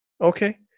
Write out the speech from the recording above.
Okay